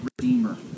redeemer